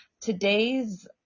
Today's